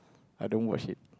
I don't watch it